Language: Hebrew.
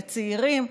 לצעירים,